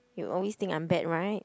you always think I'm bad right